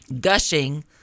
gushing